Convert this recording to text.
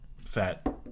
fat